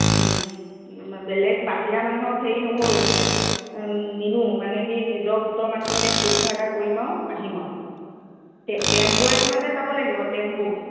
বেলেগ বাহিৰা মানুহক হেৰি নকৰোঁ মানে নিনিও মানে কি নিজৰ গোটৰ মানুহখিনিয়ে ফূৰ্তি ফাৰ্তা কৰিম আৰু আহিম আৰু টেম্প' এখনতে যাব লাগিব টেম্প'